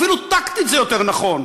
אפילו טקטית זה יותר נכון.